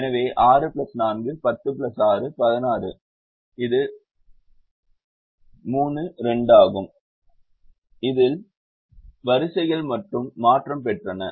எனவே 6 4 10 6 16 இது 3 2 ஆகும் இதில் வரிசைகள் மாற்றம் பெற்றன